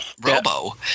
Robo